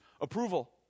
approval